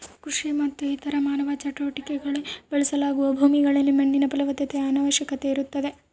ಕೃಷಿ ಮತ್ತು ಇತರ ಮಾನವ ಚಟುವಟಿಕೆಗುಳ್ಗೆ ಬಳಸಲಾಗುವ ಭೂಮಿಗಳಲ್ಲಿ ಮಣ್ಣಿನ ಫಲವತ್ತತೆಯ ಅವಶ್ಯಕತೆ ಇರುತ್ತದೆ